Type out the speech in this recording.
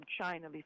China